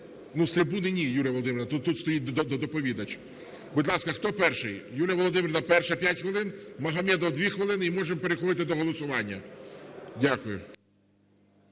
З трибуни ні, Юлія Володимирівна, тут стоїть доповідач. Будь ласка, хто перший? Юлія Володимирівна перша – 5 хвилин, Магомедов – 2 хвилини і можемо переходити до голосування. Дякую.